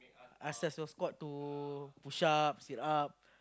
access your score to push ups sit up